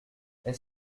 est